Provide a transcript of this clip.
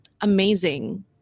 amazing